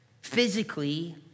Physically